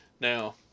Now